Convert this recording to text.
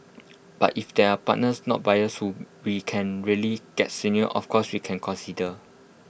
but if there are partners not buyers whom we can really get of course we can consider